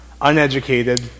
uneducated